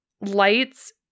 Lights